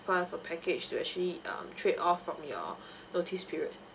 file for package to actually um trade off from your notice period